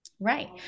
Right